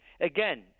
Again –